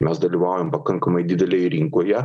mes dalyvaujam pakankamai didelėj rinkoje